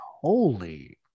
Holy